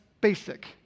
basic